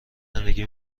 زندگی